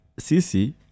Sisi